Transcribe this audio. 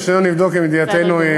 ושנינו נבדוק אם ידיעתנו,